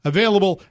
Available